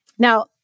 Now